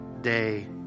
day